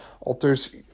alters